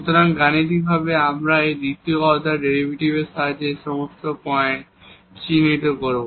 সুতরাং এখন গাণিতিকভাবে আমরা দ্বিতীয় অর্ডার ডেরিভেটিভের সাহায্যে এই সমস্ত পয়েন্ট চিহ্নিত করব